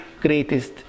greatest